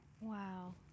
Wow